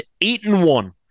eight-and-one